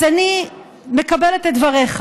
אז אני מקבלת את דבריך